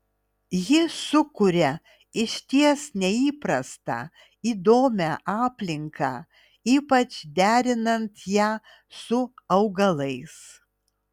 ji sukuria išties neįprastą įdomią aplinką ypač derinant ją su augalais